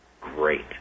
Great